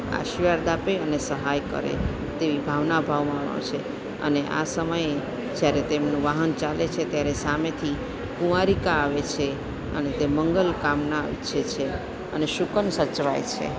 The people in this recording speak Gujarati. આશીર્વાદ આપે અને સહાય કરે તેવી ભાવના ભાવવામાં આવશે અને આ સમયે જ્યારે તેમનું વાહન ચાલે છે ત્યારે સામેથી કુંવારીકા આવે છે અને તે મંગલ કામના ઈચ્છે છે અને શુકન સચવાય છે